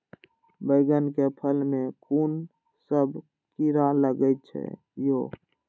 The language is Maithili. बैंगन के फल में कुन सब कीरा लगै छै यो?